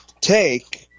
take